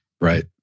Right